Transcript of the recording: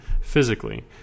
physically